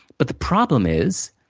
but, the problem is,